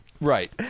Right